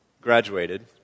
graduated